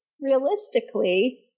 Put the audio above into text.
realistically